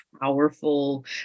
powerful